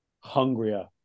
hungrier